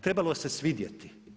Trebalo se svidjeti.